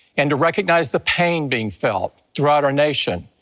and to recognize the pain being felt throughout our nation.